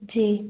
जी